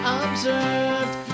observed